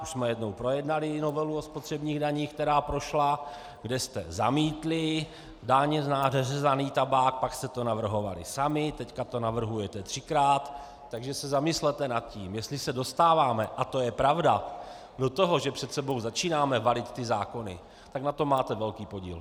Už jsme jednou projednali novelu o spotřebních daních, která prošla, kde jste zamítli daň na řezaný tabák, pak jste to navrhovali sami, teď to navrhujete třikrát, takže se zamyslete nad tím, jestli se dostáváme, a to je pravda, do toho, že před sebou začínáme valit zákony, tak na tom máte velký podíl.